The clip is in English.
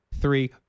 three